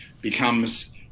becomes